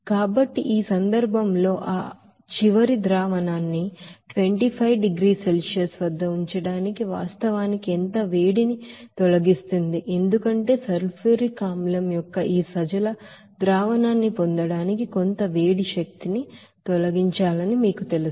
కాబట్టి ఈ సందర్భంలో ఆ చివరి ద్రావణాన్ని ఆ 25 డిగ్రీల సెల్సియస్ వద్ద ఉంచడానికి వాస్తవానికి ఎంత వేడిని తొలగిస్తుంది ఎందుకంటే సల్ఫ్యూరిక్ ఆమ్లం యొక్క ఈ ಡೈಲ್ಯೂಟ್ ಸೊಲ್ಯೂಷನ್న్ని పొందడానికి కొంత వేడి శక్తిని తొలగించాలని మీకు తెలుసు